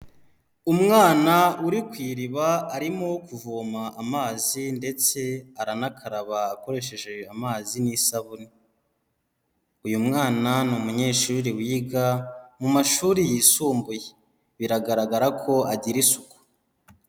Umwana uri ku iriba arimo kuvoma amazi ndetse aranakaraba akoresheje amazi n'isabune, uyu mwana ni umunyeshuri wiga mu mashuri yisumbuye, biragaragara ko agira isuku.